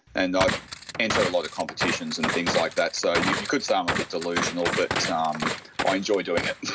and i enter a lot of competitions and things like that, so you you could say i'm a bit delusional, but um ah i enjoy doing it.